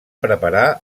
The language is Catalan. preparar